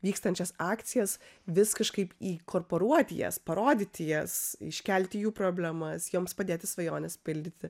vykstančias akcijas vis kažkaip įkorporuoti jas parodyti jas iškelti jų problemas joms padėti svajones pildyti